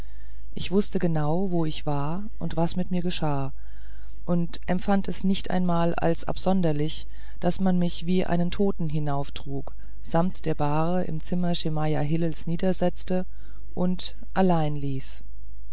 ich wußte genau wo ich war und was mit mir geschah und empfand es nicht einmal als absonderlich daß man mich wie einen toten hinauftrug samt der bahre im zimmer schemajah hillels niedersetzte und allein ließ